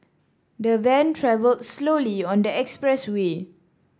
the van travelled slowly on the expressway